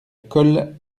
colle